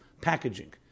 packaging